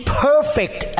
perfect